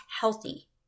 healthy